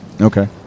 Okay